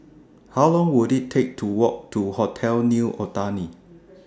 How Long Would IT Take to Walk to Hotel New Otani